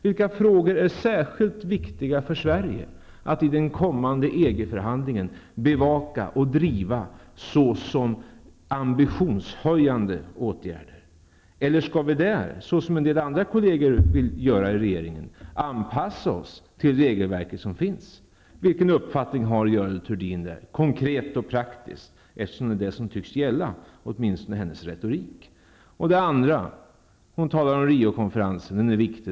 Vilka frågor är särskilt viktiga för Sverige att bevaka och driva i den kommande EG-förhandlingen såsom ambitionshöjande åtgärder? Eller skall vi, som andra i regeringen vill, anpassa oss till det regelverk som finns? Vilken uppfattning har Görel Thurdin konkret och praktiskt? Det är ju det som tycks gälla, åtminstone i hennes retorik. Görel Thurdin talar också om Riokonferensen, som är viktig.